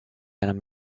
enam